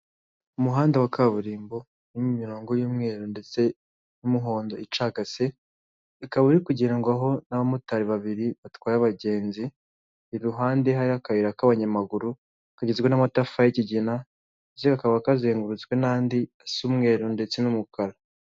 Umuhanda wa kaburimbo urimo imirongo y'umweru ndetse n'umuhondo icagase, ikaba iri kugendwaho n'abamotari babiri batwaye abagenzi, iruhande hari akayira k'abanyamaguru, kagizwe n'amatafari y'ikigina, kakaba kazengurutswe n'andi asa umweru ndetse n'umukara.